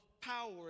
power